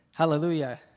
Hallelujah